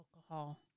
alcohol